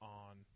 on